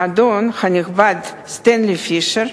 האדון הנכבד סטנלי פישר,